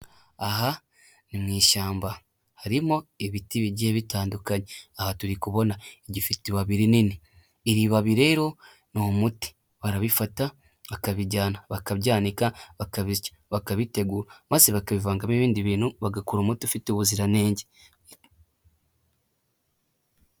Aha mu ishyamba harimo ibiti bigiye bitandukanye. Aha turi kubona igifite ibabi rinini . Ibibabi rero ni umuti barabifata, bakabijyana, bakabyanika, bakabisya bakabitegura maze bakabivangamo ibindi bintu bagakora umuti ufite ubuziranenge.